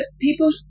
people